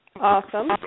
Awesome